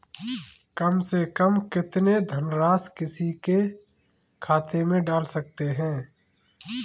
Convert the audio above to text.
कम से कम कितनी धनराशि किसी के खाते में डाल सकते हैं?